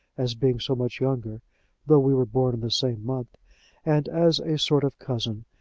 as being so much younger though we were born in the same month and as a sort of cousin.